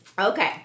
Okay